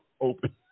open